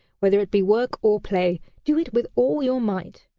whether it be work or play, do it with all your might.